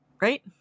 right